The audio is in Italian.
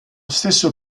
stesso